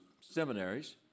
seminaries